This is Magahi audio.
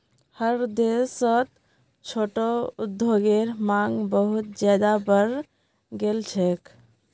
हर देशत छोटो उद्योगेर मांग बहुत ज्यादा बढ़ गेल छेक